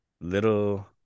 Little